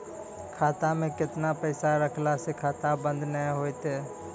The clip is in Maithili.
खाता मे केतना पैसा रखला से खाता बंद नैय होय तै?